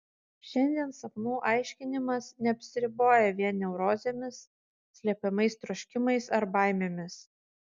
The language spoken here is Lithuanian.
šiandien sapnų aiškinimas neapsiriboja vien neurozėmis slepiamais troškimais ar baimėmis